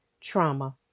trauma